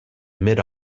mid